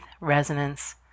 Resonance